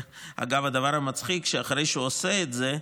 אגב, הדבר המצחיק הוא שאחרי שהוא עושה את זה,